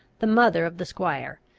the mother of the squire,